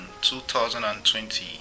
2020